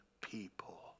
people